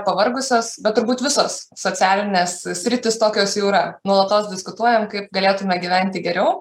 pavargusios bet turbūt visos socialinės sritys tokias jų yra nuolatos diskutuojam kaip galėtume gyventi geriau